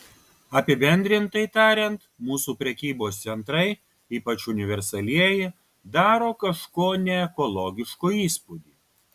apibendrintai tariant mūsų prekybos centrai ypač universalieji daro kažko neekologiško įspūdį